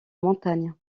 montagne